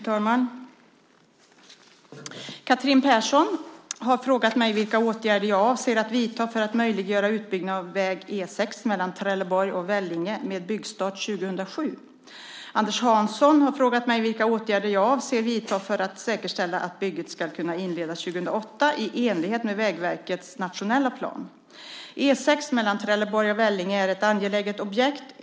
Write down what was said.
Fru talman! Catherine Persson har frågat mig vilka åtgärder jag avser att vidta för att möjliggöra utbyggnad av väg E 6 mellan Trelleborg och Vellinge med byggstart 2007. Anders Hansson har frågat mig vilka åtgärder jag avser att vidta för att säkerställa att bygget ska kunna inledas 2008 i enlighet med Vägverkets nationella plan. E 6 mellan Trelleborg och Vellinge är ett angeläget objekt.